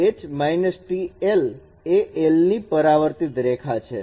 તેથી તે l ની પરાવર્તિત રેખા છે